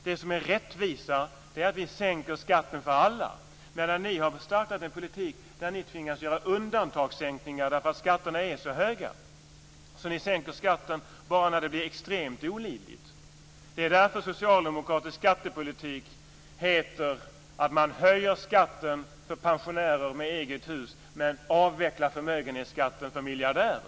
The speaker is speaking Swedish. Det som är rättvisa är att vi sänker skatten för alla, medan ni har startat en politik där ni tvingas göra undantagssänkningar därför att skatterna är så höga. Ni sänker skatten bara när det blir extremt olidligt. Det är därför som det i socialdemokratisk skattepolitik heter att man höjer skatten för pensionärer med eget hus men avvecklar förmögenhetsskatten för miljardärer.